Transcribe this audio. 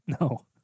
No